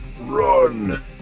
run